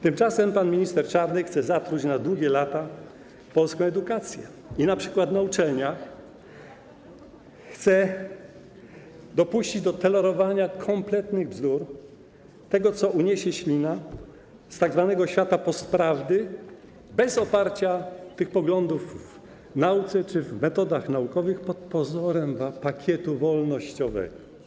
Tymczasem pan minister Czarnek chce zatruć na długie lata polską edukację i np. na uczelniach chce dopuścić do tolerowania kompletnych bzdur, tego, co uniesie ślina, z tzw. świata postprawdy, bez oparcia tych poglądów w nauce czy w metodach naukowych pod pozorem pakietu wolnościowego.